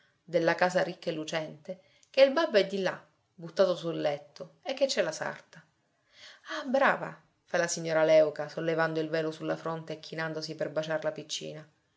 della casa ricca e lucente che il babbo è di là buttato sul letto e che c'è la sarta ah brava fa la signora léuca sollevando il velo sulla fronte e chinandosi per baciar la piccina